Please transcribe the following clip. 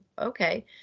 okay